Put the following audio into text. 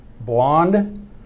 blonde